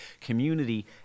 community